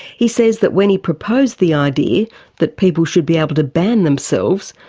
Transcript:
he says that when he proposed the idea that people should be able to ban themselves,